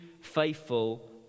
faithful